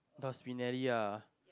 must be Nelly ah